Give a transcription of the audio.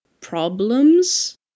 problems